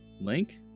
Link